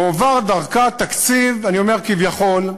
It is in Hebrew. מועבר דרכה תקציב, אני אומר, כביכול,